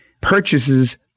purchases